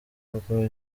ubwo